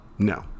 No